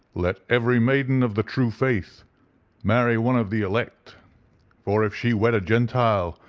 let every maiden of the true faith marry one of the elect for if she wed a gentile,